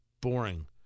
boring